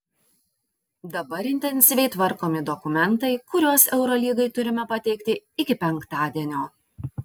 dabar intensyviai tvarkomi dokumentai kuriuos eurolygai turime pateikti iki penktadienio